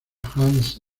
hans